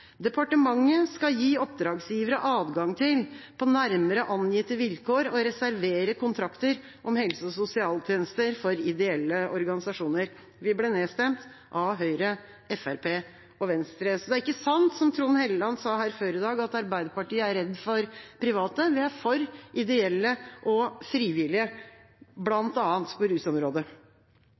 skal gi oppdragsgivere adgang til på nærmere angitte vilkår å reservere kontrakter om helse- og sosialtjenester for ideelle organisasjoner.» Vi ble nedstemt av Høyre, Fremskrittspartiet og Venstre. Så det er ikke sant, som Trond Helleland sa her før i dag, at Arbeiderpartiet er redd for private. Vi er for ideelle og frivillige, bl.a. på rusområdet.